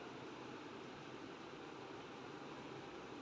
पैसे के मामले में अशनीर बहुत सख्त है